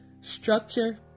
structure